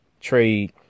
trade